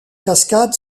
cascade